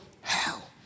hell